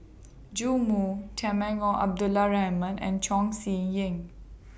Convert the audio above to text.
Joash Moo Temenggong Abdul Rahman and Chong Siew Ying